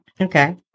Okay